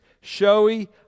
showy